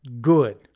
good